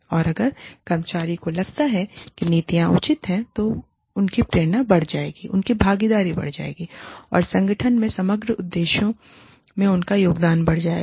और अगर कर्मचारियों को लगता है कि नीतियाँ उचित हैं तो उनकी प्रेरणा बढ़ जाएगी उनकी भागीदारी बढ़ जाएगी और संगठन के समग्र उद्देश्यों में उनका योगदान बढ़ जाएगा